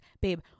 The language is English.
Babe